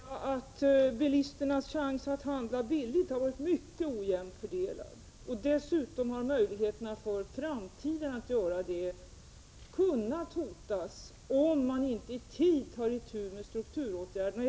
Herr talman! Låt mig säga att bilisternas chanser att handla billigt har varit mycket ojämnt fördelade. Dessutom kommer deras möjligheter att göra det i framtiden att kunna hotas om man inte i tid tar itu med strukturåtgärderna.